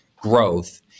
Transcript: growth